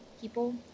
people